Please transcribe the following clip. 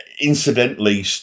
incidentally